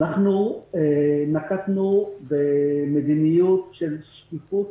שאנחנו נקטנו במדיניות של שקיפות